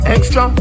Extra